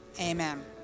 amen